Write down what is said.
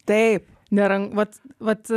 taip nėra vat vat